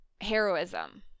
heroism